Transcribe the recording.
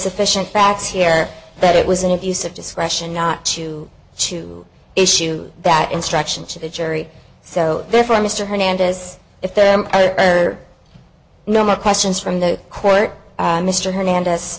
sufficient facts here that it was an abuse of discretion not to chew issue that instruction to the jury so therefore mr hernandez if there are no more questions from the court mr hernande